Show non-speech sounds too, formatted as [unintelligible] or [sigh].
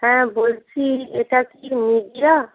হ্যাঁ বলছি এটা কি [unintelligible]